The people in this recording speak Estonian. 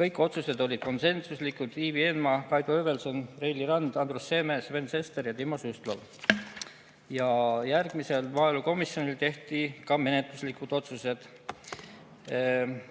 Kõik otsused olid konsensuslikud: Ivi Eenmaa, Kaido Höövelson, Reili Rand, Andrus Seeme, Sven Sester ja Timo Suslov. Järgmisel maaelukomisjoni istungil tehti ka menetluslikud otsused.